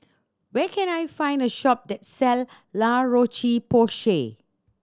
where can I find a shop that sell La Roche Porsay